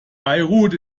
beirut